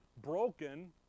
Broken